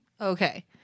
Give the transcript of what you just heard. Okay